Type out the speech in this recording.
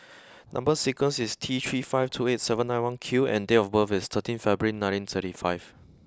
number sequence is T three five two eight seven nine one Q and date of birth is thirteen February nineteen thirty five